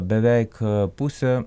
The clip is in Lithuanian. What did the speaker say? beveik pusė